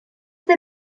they